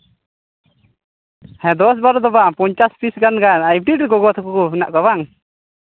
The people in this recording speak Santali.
ᱫᱚᱥ ᱵᱟᱨᱚ ᱫᱚ ᱵᱟᱝ ᱯᱚᱧᱪᱟᱥ ᱯᱤᱥ ᱜᱟᱱ ᱜᱟᱱ ᱟᱹᱰᱤ ᱟᱹᱰᱤ ᱜᱚᱜᱚ ᱛᱟᱠᱚ ᱢᱮᱱᱟᱜ ᱠᱚᱣᱟ ᱵᱟᱝ